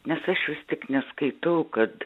nes aš vis tik neskaitau kad